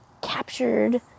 captured